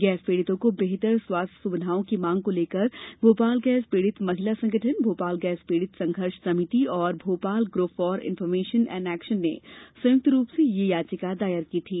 gas पीड़ितों को बेहतर स्वास्थ्य सुविधाओं की मांग को लेकर भोपाल गैस पीड़ित महिला संगठन भोपाल गैस पीड़ित संघर्ष समिति और Bhopal group for information and action ने संयुक्त रूप से यह याचिका दायर की थी